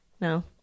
no